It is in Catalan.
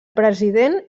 president